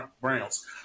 Browns